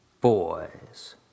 Boys